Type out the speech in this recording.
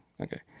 Okay